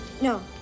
No